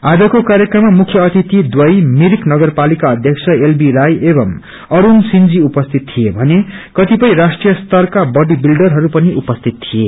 आजको कार्यक्रममा मुख्य अतिथिद्वय मिरिक नगरपालाका अध्यक्ष एलबी राई एवं अरूण सिंजी उपसिति थिए भने कतिपय राष्ट्रिय स्तरका बड़ी विल्डरहरू पनि उपस्थित थिए